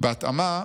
"בהתאמה,